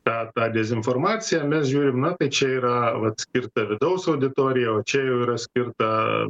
tą tą dezinformaciją mes žiūrim na tai yra atskirta vidaus auditorijai o čia jau yra skirta